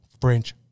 French